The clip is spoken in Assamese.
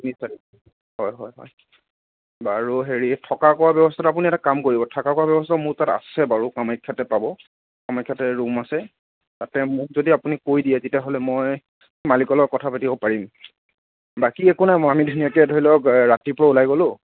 হয় হয় হয় বাৰু হেৰি থকা খোৱাৰ ব্যৱস্থাটো আপুনি এটা কাম কৰিব থকা খোৱাৰ ব্যৱস্থা মোৰ তাত আছে বাৰু কামাখ্যাতে পাব কামাখ্যাতে ৰুম আছে তাতে মোক যদি আপুনি কৈ দিয়ে তেতিয়া হ'লে মই মালিকৰ লগত কথা পাতিব পাৰিম বাকী একো নাই আমি ধুনীয়াকে ধৰি লওক ৰাতিপুৱা ওলাই গ'লো